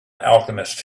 alchemist